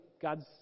God's